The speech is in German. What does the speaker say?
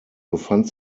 befand